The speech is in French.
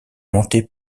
montées